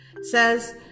says